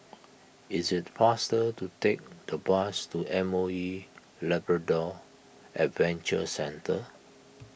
is it faster to take the bus to M O E Labrador Adventure Centre